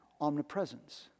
omnipresence